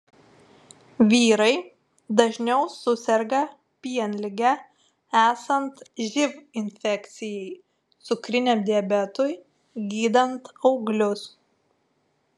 vyrai dažniau suserga pienlige esant živ infekcijai cukriniam diabetui gydant auglius